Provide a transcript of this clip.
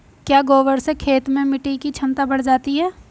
क्या गोबर से खेत में मिटी की क्षमता बढ़ जाती है?